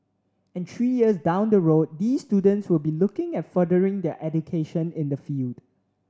and three years down the road these students will be looking at furthering their education in the field